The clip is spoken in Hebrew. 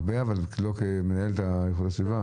הרבה, אבל לא כמנהלת איכות הסביבה?